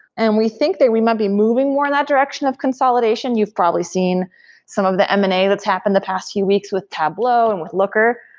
and we think that we might be moving more in that direction of consolidation, you've probably seen some of the m and a that's happened the past few weeks with tableau and with looker,